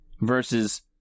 versus